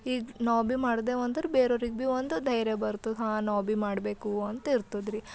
ಈಗ ನಾವು ಭೀ ಮಾಡ್ದೇವು ಅಂದರೆ ಬೇರೆಯವ್ರಿಗೆ ಭೀ ಒಂದು ಧೈರ್ಯ ಬರ್ತದೆ ಹಾಂ ನಾವು ಭೀ ಮಾಡಬೇಕು ಅಂತ ಇರ್ತದೆ ರಿ